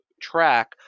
track